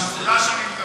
יש לי טרוניה אחת,